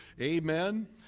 amen